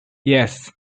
yes